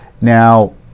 Now